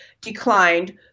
declined